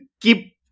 keep